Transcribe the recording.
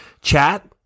Chat